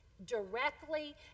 Directly